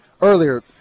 earlier